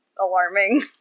alarming